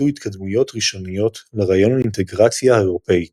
בוצעו התקדמויות ראשוניות לרעיון האינטגרציה האירופית.